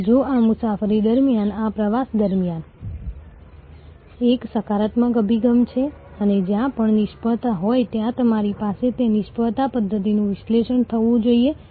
કારણ કે જો તમારી પાસે રેડિયો પ્રસારણ અથવા ટેલિવિઝન ટેલિકાસ્ટ છે તો પછી ઔપચારિક સંબંધ બનાવવો મુશ્કેલ છે